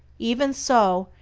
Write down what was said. even so,